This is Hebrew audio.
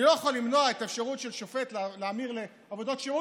אני לא יכול למנוע את האפשרות של שופט להמיר לעבודות שירות,